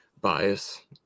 bias